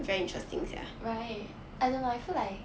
right I don't know I feel like